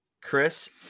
Chris